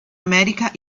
america